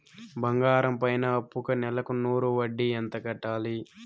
బంగారం పైన అప్పుకి నెలకు నూరు వడ్డీ ఎంత కట్టాలి?